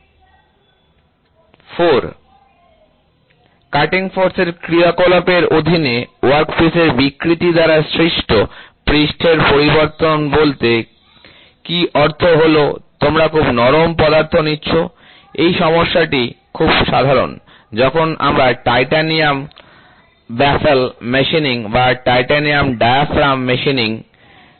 4 cutting ফোর্সের ক্রিয়াকলাপের অধীনে ওয়ার্কপিসের বিকৃতি দ্বারা সৃষ্ট পৃষ্ঠের পরিবর্তন বলতে কি অর্থ হলো তোমরা খুব নরম পদার্থ নিচ্ছ এই সমস্যাটি খুব সাধারণ যখন আমরা টাইটানিয়াম বাফল মেশিনিং বা টাইটানিয়াম ডায়াফ্রাম মেশিনিং করি